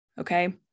okay